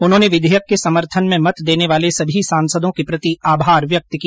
उन्होंने विधेयक के समर्थन में मत देने वाले सभी सांसदो के प्रति आभार व्यक्त किया